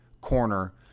corner